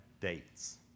dates